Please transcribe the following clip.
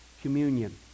Communion